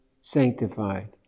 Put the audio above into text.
sanctified